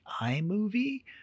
iMovie